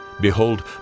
behold